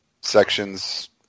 sections